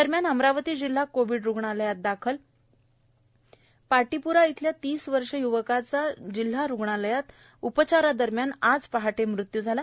दरम्यान अमरावती जिल्हा कोविड रुग्णालयात दाखल पाटीप्रा येथील तीस वर्षे य्वकाचा जिल्हा रुग्णालयात रुग्णालयात उपचारादरम्यान आज पहाटे मृत्यू झाला